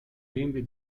membri